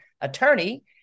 attorney